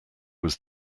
was